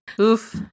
oof